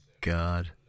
god